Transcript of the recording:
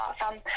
awesome